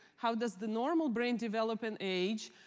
how does the normal brain develop and age?